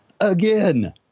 Again